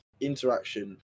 interaction